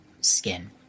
skin